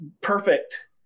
perfect